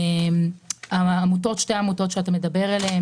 שתי העמותות שחבר הכנסת אורבך מדבר עליהן